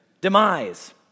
demise